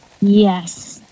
Yes